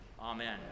Amen